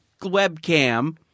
webcam –